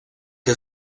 que